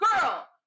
Girl